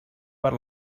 per